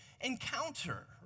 encounter